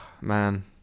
man